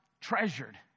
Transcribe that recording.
treasured